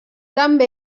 també